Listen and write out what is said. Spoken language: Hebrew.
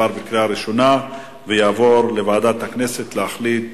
לוועדה שתקבע ועדת הכנסת נתקבלה.